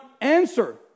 answer